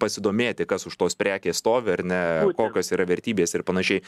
pasidomėti kas už tos prekės stovi ar ne kokios yra vertybės ir panašiai